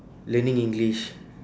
learning english